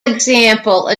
example